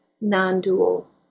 non-dual